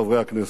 חברי הכנסת,